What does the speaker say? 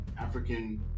African